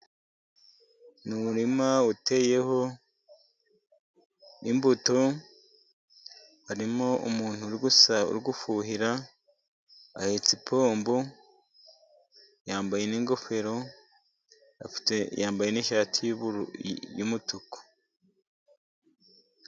Mu murima uteyemo imbuto, harimo umuntu uri gufuhira ahetse ipombo, yambaye n'ingofero yambaye n'ishati y'umutuku.